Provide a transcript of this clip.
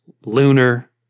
lunar